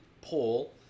poll